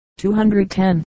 210